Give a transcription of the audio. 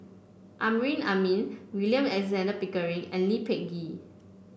Amrin Amin William Alexander Pickering and Lee Peh Gee